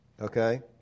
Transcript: okay